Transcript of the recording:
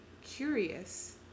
curious